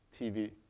TV